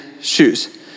shoes